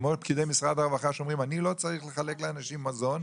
כמו פקידי משרד הרווחה שאומרים: "אני לא צריך לחלק לאנשים מזון"